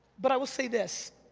but i will say this,